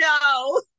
no